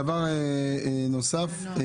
דבר נוסף,